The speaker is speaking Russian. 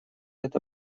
это